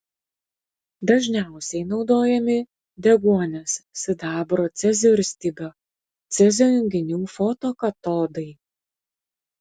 dažniausiai naudojami deguonies sidabro cezio ir stibio cezio junginių fotokatodai